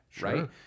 right